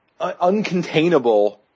uncontainable